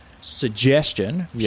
suggestion